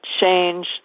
change